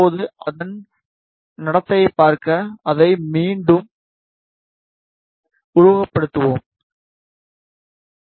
இப்போது அதன் நடத்தையைப் பார்க்க அதை மீண்டும் உருவகப்படுத்துவோம் உருவகப்படுத்துவோம்